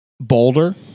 Boulder